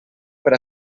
per